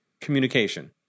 communication